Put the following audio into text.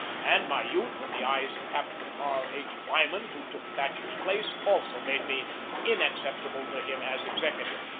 and my youth in the eyes of captain r. h. wyman, who took thatcher's place, also made me inacceptable to him as executive.